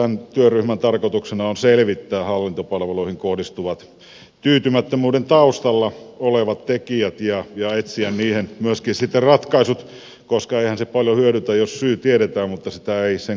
tämän työryhmän tarkoituksena on selvittää hallintopalveluihin kohdistuvan tyytymättömyyden taustalla olevat tekijät ja etsiä niihin myöskin sitten ratkaisut koska eihän se paljon hyödytä jos syy tiedetään mutta sitä ei sen kummasemmin ratkaista